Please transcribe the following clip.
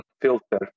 filter